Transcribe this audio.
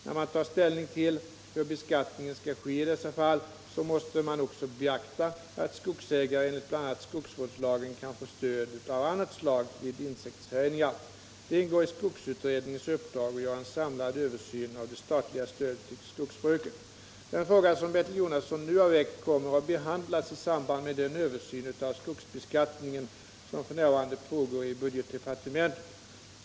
När man tar ställning till hur beskattningen skall ske i dessa fall måste man också beakta att skogsägare enligt bl.a. skogsvårdslagen kan få stöd av annat slag vid insektshärjningar. Det ingår i skogsutredningens uppdrag att göra en samlad översyn av det statliga stödet till skogsbruket. Den fråga som Bertil Jonasson nu har väckt kommer att behandlas i samband med den översyn av skogsbeskattningen som f. n. pågår i budgetdepartementet.